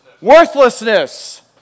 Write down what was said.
Worthlessness